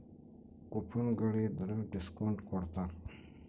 coupon ಗಳಿದ್ರ discount ಕೊಡ್ತಾರ